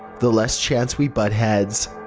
the less chance we butt heads,